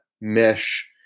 mesh